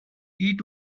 eat